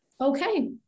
okay